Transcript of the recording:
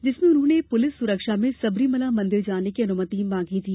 जिसमें उन्होंने पुलिस सुरक्षा में सबरीमला मंदिर जाने की अनुमति मांगी थी